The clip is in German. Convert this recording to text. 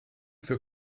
für